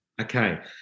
Okay